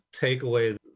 takeaway